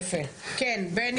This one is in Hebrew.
יפה, כן, בני.